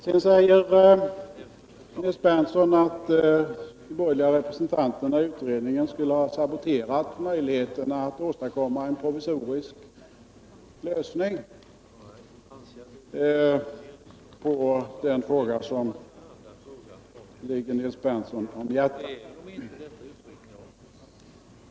Vidare sade Nils Berndtson att de borgerliga representanterna i utredningen skulle ha saboterat möjligheten att åstadkomma en provisorisk lösning på den fråga som ligger Nils Berndtson om hjärtat.